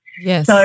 Yes